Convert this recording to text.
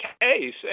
case